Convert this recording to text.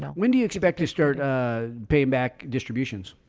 when do you expect to start ah paying back distributions?